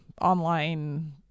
online